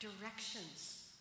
directions